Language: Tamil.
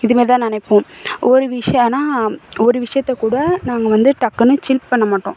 இது மாதிரி தான் நினைப்போம் ஒரு விஷயம் ஆனால் ஒரு விஷயத்த கூட நாங்கள் வந்து டக்குன்னு சில் பண்ண மாட்டோம்